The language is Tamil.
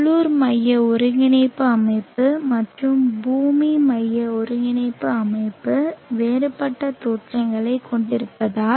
உள்ளூர் மைய ஒருங்கிணைப்பு அமைப்பு மற்றும் பூமி மைய ஒருங்கிணைப்பு அமைப்பு வேறுபட்ட தோற்றங்களைக் கொண்டிருப்பதால்